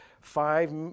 five